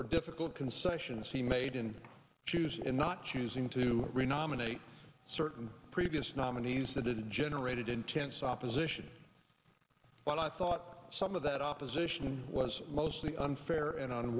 for difficult concessions he made in shoes and not choosing to renominating certain previous nominees that it generated intense opposition but i thought some of that opposition was mostly unfair and